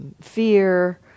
Fear